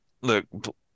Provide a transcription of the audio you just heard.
look